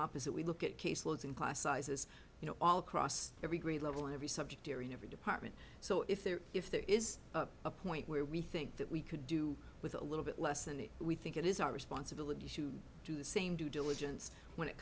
opposite we look at case loads in class sizes you know all across every grade level every subject area every department so if there if there is a point where we think that we could do with a little bit less than that we think it is our responsibility to do the same due diligence when it